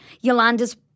Yolanda's